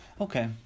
Okay